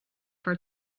for